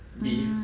mm